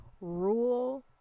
rule